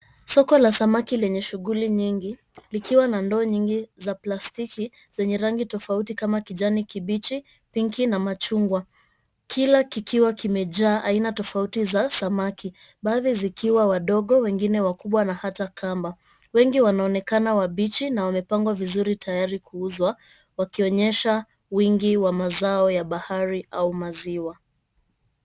Soko la samaki lenye shughuli nyingi. Likiwa na ndoa nyingi za plastiki zenye rangi tofauti kama kijani kibichi, pinki na machungwa. Kila kikiwa kimejaa aina tofauti za samaki. Baadhi zikiwa wadogo, wengine wakubwa na hata kamba. Wengi wanaonekana wabichi na wamepangwa vizuri tayari kuuzwa, wakionyesha wingi wa mazao ya bahari au maziwa.